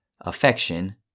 affection